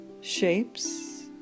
shapes